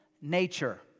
nature